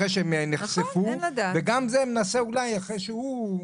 אחרי שהם נחשפו וגם זה יכול לנסות אולי אחרי שהוא.